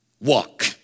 Walk